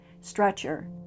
stretcher